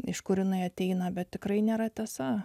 iš kur jinai ateina bet tikrai nėra tiesa